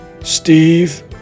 steve